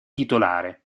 titolare